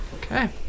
okay